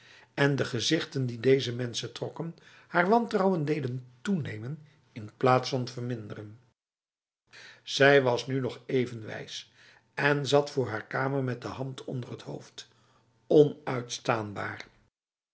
en de gezichten die deze mensen trokken haar wantrouwen deden toenemen in plaats van verminderen zij was nu nog even wijs en zat voor haar kamer met de hand onder het hoofd